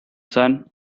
sun